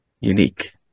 unique